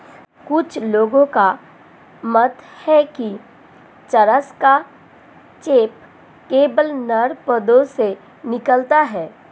कुछ लोगों का मत है कि चरस का चेप केवल नर पौधों से निकलता है